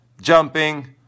Jumping